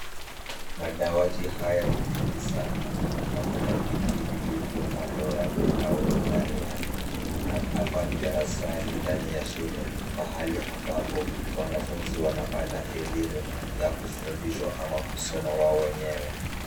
Madawati haya ni mengi saana na kuna viti vilivyo kando yake au ndani yake na hapa ni darasani ndani ya shule, pahali ambapo wanafunzi wanapata elimu ya ufundisho au kusoma wao wenyewe.